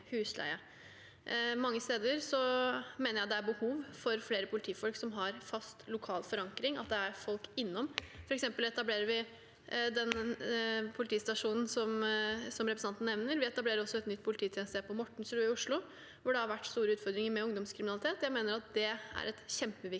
Mange steder mener jeg det er behov for flere politifolk som har fast lokal forankring, at det er folk innom. For eksempel etablerer vi den politistasjonen som representanten nevner, og vi etablerer et nytt polititjenestested på Mortensrud i Oslo, hvor det har vært store utfordringer med ungdomskriminalitet. Jeg mener det er et kjempeviktig